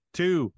two